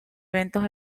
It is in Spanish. eventos